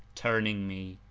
turning me.